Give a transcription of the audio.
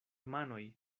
manoj